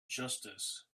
justice